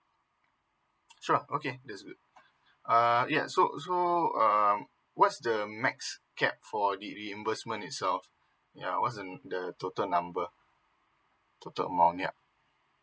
sure okay that's good uh yes so so um what's the max cap for the reimbursement itself ya what's uh the total number total amount ya